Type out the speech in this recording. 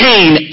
Pain